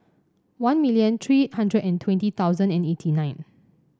one million three hundred and twenty thousand and eighty nine